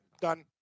done